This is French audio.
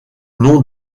nom